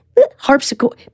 harpsichord